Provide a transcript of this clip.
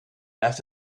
left